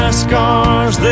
scars